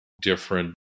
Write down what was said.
different